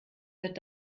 wird